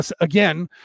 again